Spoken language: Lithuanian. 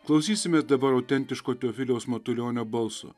klausysime dabar autentiško teofiliaus matulionio balso